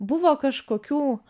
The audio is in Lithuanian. buvo kažkokių